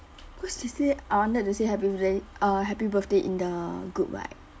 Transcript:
cause they say I wanted to say happy birthday uh happy birthday in the group right